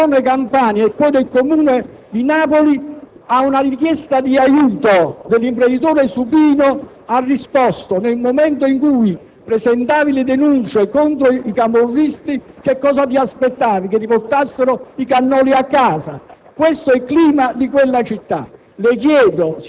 e il consulente *antiracket* della Regione Campania, e poi del Comune di Napoli, a una richiesta di aiuto dell'imprenditore Supino ha risposto, nel momento in cui presentava le denunce contro i camorristi: che cosa poteva aspettarsi, che gli portassero i cannoni a casa?